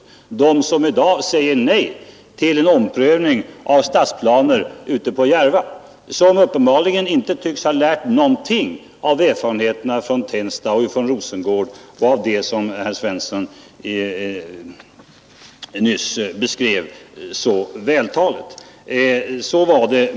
För där säger man i dag nej till en omprövning av stadsplaner för Järvafältet. Man har uppenbarligen inte lärt någonting av erfarenheterna från Tensta och Rosengård och av det som herr Svensson i Malmö nyss beskrev så vältaligt.